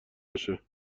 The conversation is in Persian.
باشه